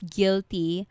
guilty